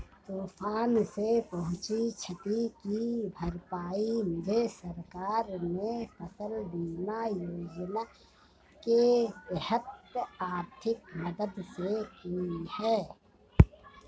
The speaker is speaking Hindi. तूफान से पहुंची क्षति की भरपाई मुझे सरकार ने फसल बीमा योजना के तहत आर्थिक मदद से की है